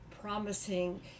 promising